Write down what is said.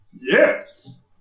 Yes